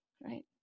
right